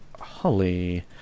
Holly